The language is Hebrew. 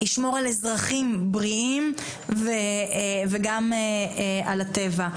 ישמור על אזרחים בריאים וגם על הטבע.